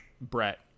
brett